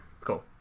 cool